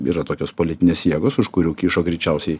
yra tokios politinės jėgos už kurių kyšo greičiausiai